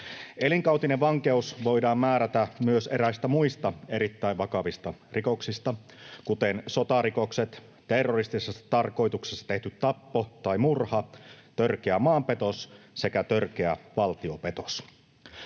Elinkautinen vankeus voidaan määrätä myös eräistä muista erittäin vakavista rikoksista, kuten sotarikoksista, terroristisessa tarkoituksessa tehdystä taposta tai murhasta, törkeästä maanpetoksesta sekä törkeästä valtiopetoksesta.